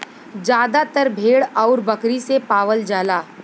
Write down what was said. जादातर भेड़ आउर बकरी से पावल जाला